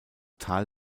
tal